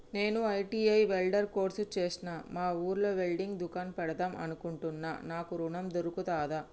నేను ITI welder course చేశ్న మా ఊర్లో వెల్డింగ్ దుకాన్ పెడదాం అనుకుంటున్నా నాకు ఋణం దొర్కుతదా?